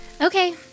Okay